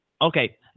Okay